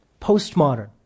Postmodern